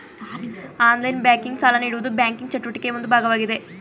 online banking, ಸಾಲ ನೀಡುವುದು banking ಚಟುವಟಿಕೆಯ ಒಂದು ಭಾಗವಾಗಿದೆ